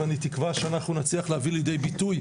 ואני תקווה שאנחנו נצליח להביא לידי ביטוי,